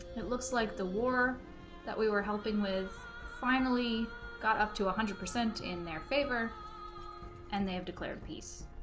it looks like the war that we were helping with finally got up to a hundred percent in their favor and they have declared peace